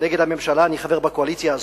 נגד הממשלה, אני חבר בקואליציה הזאת,